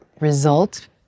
result